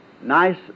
nice